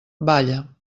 balla